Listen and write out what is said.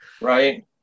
Right